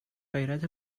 غیرت